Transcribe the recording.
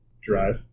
Drive